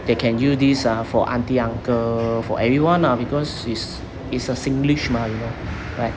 they can use this ah for aunty uncle for everyone lah because it's it's a singlish mah you know right